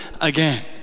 again